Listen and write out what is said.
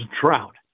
trout